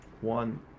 One